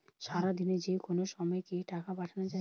সারাদিনে যেকোনো সময় কি টাকা পাঠানো য়ায়?